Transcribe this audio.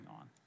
on